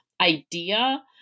idea